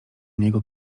niego